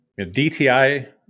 DTI